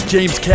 James